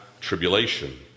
tribulation